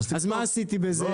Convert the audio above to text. אז מה עשיתי בזה?